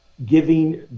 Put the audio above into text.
giving